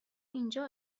اینجا